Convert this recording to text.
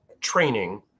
training